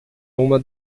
uma